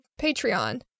Patreon